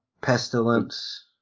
pestilence